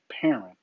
parent